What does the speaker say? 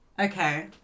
Okay